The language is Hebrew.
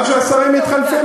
גם כשהשרים מתחלפים.